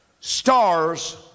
stars